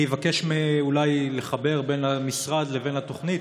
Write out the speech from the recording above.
אני אבקש אולי לחבר בין המשרד לבין התוכנית,